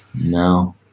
No